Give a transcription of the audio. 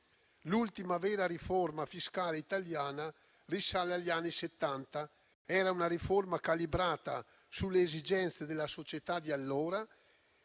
L'ultima vera riforma fiscale italiana risale agli anni Settanta: era calibrata sulle esigenze della società di allora,